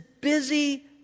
busy